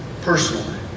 personally